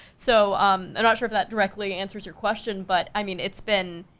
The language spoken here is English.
so, i'm not sure if that directly answers your question, but, i mean, it's been,